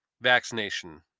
vaccination